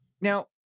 now